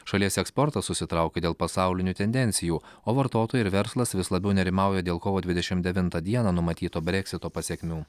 šalies eksportas susitraukė dėl pasaulinių tendencijų o vartotojai ir verslas vis labiau nerimauja dėl kovo dvidešim devintą dieną numatyto breksito pasekmių